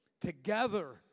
Together